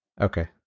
Okay